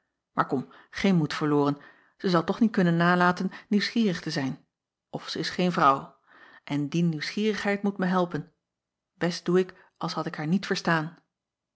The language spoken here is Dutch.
aar kom geen moed verloren ij zal toch niet kunnen nalaten nieuwsgierig te zijn of zij is geen vrouw en die nieuwsgierigheid moet mij helpen best doe ik als had ik haar niet verstaan